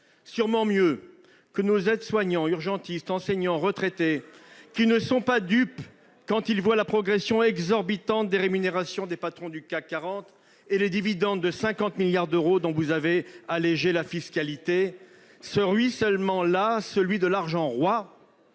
sûrement mieux que nos aides-soignants, nos urgentistes, nos enseignants et nos retraités, qui ne sont pas dupes quand ils observent la progression exorbitante des rémunérations des patrons du CAC 40 et les dividendes de 50 milliards d'euros dont vous avez allégé la fiscalité. Ce ruissellement-là, celui de l'argent-roi,